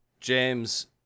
James